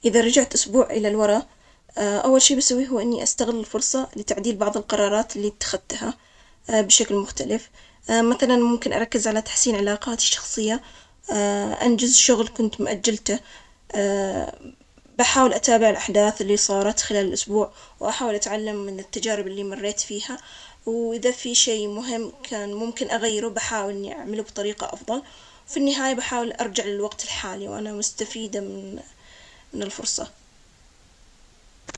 إذا رجعت أسبوع إلى الوراء، أول شيء بسويه هو إني أستغل الفرصة لتعديل بعض القرارات اللي اتخذتها بشكل مختلف، مثلا ممكن أركز على تحسين علاقاتي الشخصية، أنجز شغل، كنت مؤجلته، بحاول أتابع الأحداث اللي صارت خلال الأسبوع وأحاول أتعلم من التجارب اللي مريت فيها، وإذا في شي مهم كان ممكن أغيره، بحاول إني أعمله بطريقة أفضل. في النهاية بحاول أرجع للوقت الحالي وأنا مستفيدة من. من الفرصة.